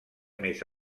més